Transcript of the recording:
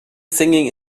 singing